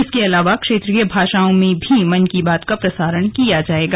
इसके अलावा क्षेत्रीय भाषाओं में भी मन की बात का प्रसारण किया जाएगा